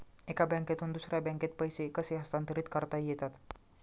एका बँकेतून दुसऱ्या बँकेत पैसे कसे हस्तांतरित करता येतात?